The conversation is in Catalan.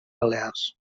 balears